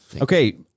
okay